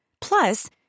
Plus